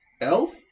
elf